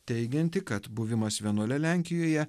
teigianti kad buvimas vienuole lenkijoje